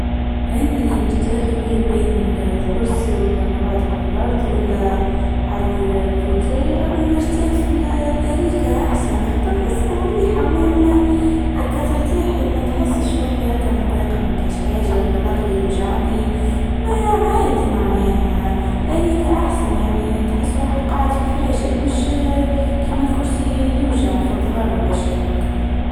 انا اللي نرتاح فيه بين الكرسي ولا نقعد في الارض ولا على الفوتيه راني نرتاح في الاريكه احسن نختارها. نحسها مريحه وهكا ترتاحي منحسش روحي هكا مضايقه من كج حاجه ولا ضهري يوجعني ما عادي معناها الاريكه احسن تحس روحك قاعد في فراشك مش كرمال الكرسي يوجع في الضهر ولا شي هكا.